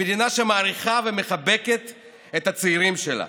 מדינה שמעריכה ומחבקת את הצעירים שלה,